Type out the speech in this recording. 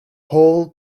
whole